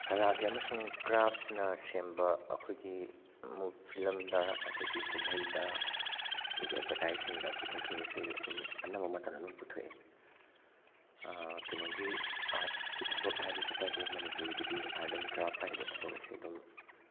ꯀꯂꯥꯒꯤ ꯑꯃꯁꯨꯡ ꯀ꯭ꯔꯥꯐꯅ ꯁꯦꯝꯕ ꯑꯩꯈꯣꯏꯒꯤ ꯐꯤꯂꯝꯗ ꯑꯗꯒꯤ ꯀꯨꯝꯍꯩꯗ ꯑꯗꯒꯤ ꯑꯦꯠꯚꯔꯇꯥꯏꯁꯁꯤꯡꯗ ꯄꯨꯊꯣꯛꯈꯤꯕꯁꯤ ꯑꯗꯨꯝ ꯑꯅꯝꯕ ꯃꯇꯝꯗ ꯑꯗꯨꯝ ꯄꯨꯊꯣꯛꯑꯦ ꯀꯩꯅꯣꯒꯤ ꯑꯥꯔꯠꯀꯤ ꯊꯕꯛ ꯍꯥꯏꯕꯁꯤꯇꯕꯨ ꯃꯅꯤꯄꯨꯔꯒꯤꯗꯤ ꯑꯥꯔꯠ ꯑꯦꯟ ꯀ꯭ꯔꯥꯐ ꯍꯥꯏꯔꯤꯕ ꯊꯕꯛ ꯑꯁꯦ ꯑꯗꯨꯝ